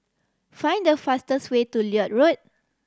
find the fastest way to Lloyd Road